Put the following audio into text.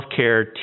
healthcare